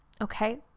okay